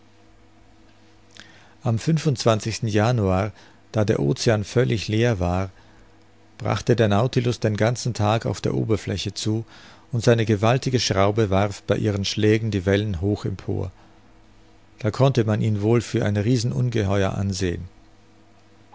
am januar da der ocean völlig leer war brachte der nautilus den ganzen tag auf der oberfläche zu und seine gewaltige schraube warf bei ihren schlägen die wellen hoch empor da konnte man ihn wohl für ein riesenungeheuer ansehen